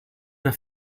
der